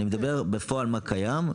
אני מדבר בפועל מה קיים,